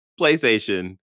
PlayStation